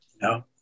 No